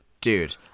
Dude